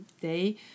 day